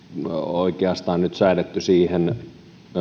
oikeastaan nyt säädetty siihen